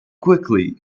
quickly